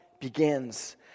begins